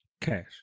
Cash